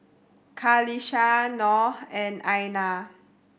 Qalisha Noh and Aina